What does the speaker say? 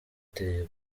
uteye